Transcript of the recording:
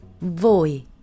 Voi